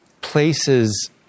places